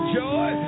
joy